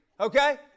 okay